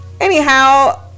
anyhow